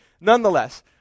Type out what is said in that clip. nonetheless